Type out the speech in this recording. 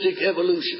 evolution